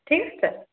ঠিক আছে